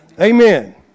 Amen